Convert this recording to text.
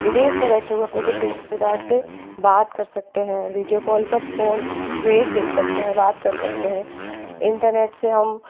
विदेश में बैठे हुए अपने किसी रिश्तेदार से बात कर सकते हैं वीडियो कॉल पर फ़ोन फेस देख सकते हैं बात कर सकते हैं इन्टरनेट से हम